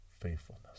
faithfulness